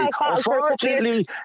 unfortunately